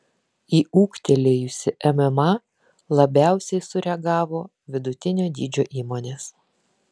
į ūgtelėjusį mma labiausiai sureagavo vidutinio dydžio įmonės